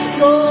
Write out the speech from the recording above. go